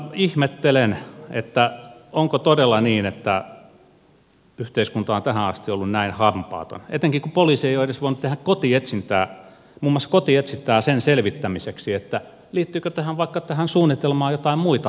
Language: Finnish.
ihmettelen että onko todella niin että yhteiskunta on tähän asti ollut näin hampaaton etenkin kun poliisi ei ole voinut tehdä edes kotietsintää muun muassa kotietsintää sen selvittämiseksi että liittyykö tähän suunnitelmaan vaikka joitain muita henkilöitä